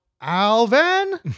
Alvin